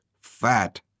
fat